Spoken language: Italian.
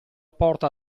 porta